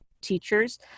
teachers